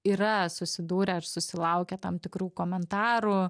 yra susidūrę ar susilaukia tam tikrų komentarų